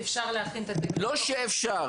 אפשר להכין --- לא שאפשר.